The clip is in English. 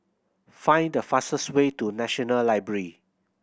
find the fastest way to National Library